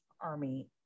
army